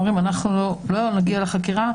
אומרים: אנחנו לא נגיע לחקירה,